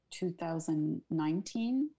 2019